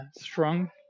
strong